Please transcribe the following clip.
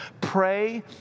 Pray